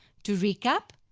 to recap,